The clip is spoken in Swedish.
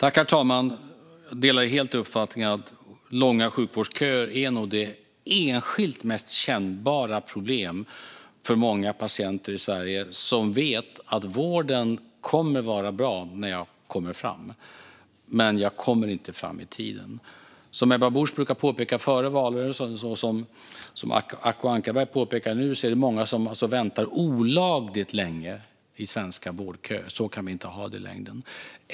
Herr talman! Jag delar helt uppfattningen att långa sjukvårdsköer nog är det enskilt mest kännbara problemet för många patienter i Sverige som vet att vården kommer att vara bra när de kommer fram men att de inte kommer fram i tid. Som Ebba Busch brukade påpeka före valet och Acko Ankarberg Johansson påpekar nu är det många som väntar olagligt länge i svenska vårdköer. Så kan vi inte ha det i längden.